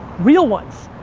real ones.